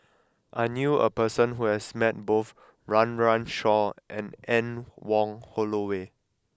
I knew a person who has met both Run Run Shaw and Anne Wong Holloway